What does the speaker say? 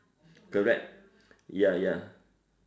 correct ya ya